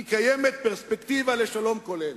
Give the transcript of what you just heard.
כי קיימת פרספקטיבה לשלום כולל.